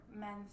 men's